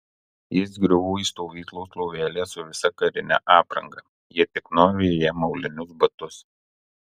jis griuvo į stovyklos lovelę su visa karine apranga jie tik nuavė jam aulinius batus